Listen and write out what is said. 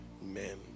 Amen